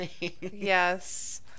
yes